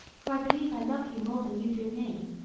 for i believe i love you more than you do me.